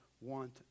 want